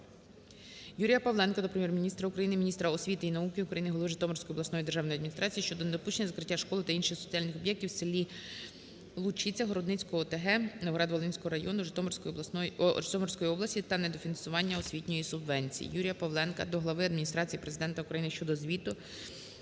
Юрія Павленка до Прем'єр-міністра України, міністра освіти і науки України, голови Житомирської обласної державної адміністрації щодо недопущення закриття школи та інших соціальних об'єктів в селіЛучиця Городницької ОТГ Новоград-Волинського району Житомирської області та недофінансування освітньої субвенції. Юрія Павленка до глави Адміністрації Президента України щодо звіту